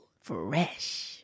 Fresh